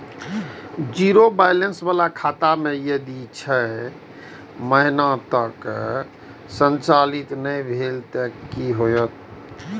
Zero balance बाला खाता में यदि छः महीना तक संचालित नहीं भेल ते कि होयत?